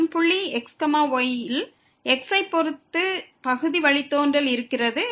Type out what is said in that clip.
மற்றும் புள்ளி x y யில் x ஐ பொறுத்து பகுதி வழித்தோன்றல் இருக்கிறது